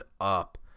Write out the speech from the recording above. up